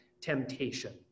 temptation